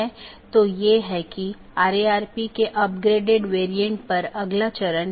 इस प्रकार एक AS में कई राऊटर में या कई नेटवर्क स्रोत हैं